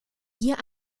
hier